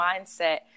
mindset